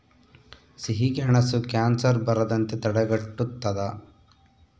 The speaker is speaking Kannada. ಸಿಹಿಗೆಣಸು ಕ್ಯಾನ್ಸರ್ ಬರದಂತೆ ತಡೆಗಟ್ಟುತದ